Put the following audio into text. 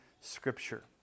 Scripture